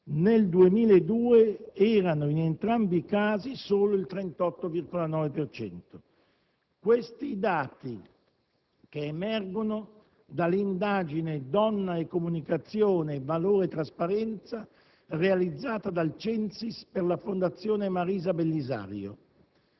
nel 2002 erano, in entrambi i casi, solo il 38,9 per cento. Questi i dati che emergono dall'indagine «Donna e Comunicazione: valore e trasparenza» realizzata dal CENSIS per la fondazione «Marisa Bellisario».